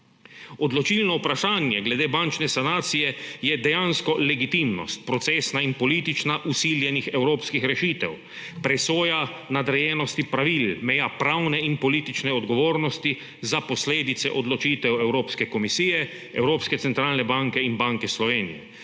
Odločilno vprašanje glede bančne sanacije je dejansko procesna in politična legitimnost vsiljenih evropskih rešitev, presoja nadrejenosti pravil meja pravne in politične odgovornosti za posledice odločitev Evropske komisije, Evropske centralne banke in Banke Slovenije.